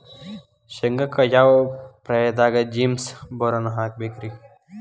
ಶೇಂಗಾಕ್ಕ ಯಾವ ಪ್ರಾಯದಾಗ ಜಿಪ್ಸಂ ಬೋರಾನ್ ಹಾಕಬೇಕ ರಿ?